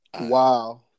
wow